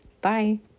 Bye